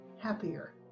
happier